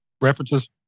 references